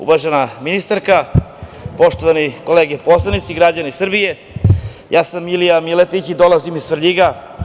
Uvažena ministarka, poštovani kolege poslanici, građani Srbije, ja sam Milija Miletić i dolazim iz Svrljiga.